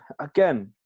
again